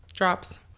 drops